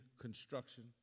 construction